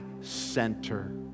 center